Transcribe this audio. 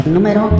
Número